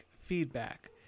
feedback